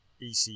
EC